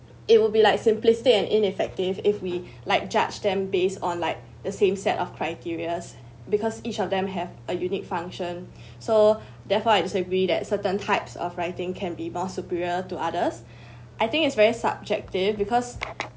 it will be like simplistic and ineffective if we like judge them based on like the same set of criterias because each of them have a unique function so therefore I disagree that certain types of writing can be more superior to others I think it's very subjective because